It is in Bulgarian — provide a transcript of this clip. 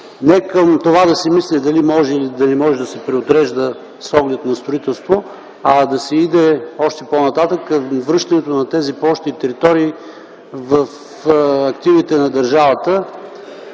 не към това да се мисли дали може или не може да се преотрежда с оглед на строителство, а да се отиде още по-нататък – връщането на тези площи и територии в активите на държавата.